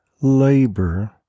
labor